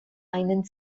einen